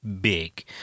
big